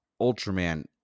Ultraman